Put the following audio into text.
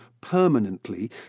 permanently